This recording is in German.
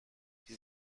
die